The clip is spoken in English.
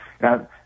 Now